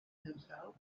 himself